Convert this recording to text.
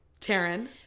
Taryn